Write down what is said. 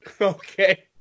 Okay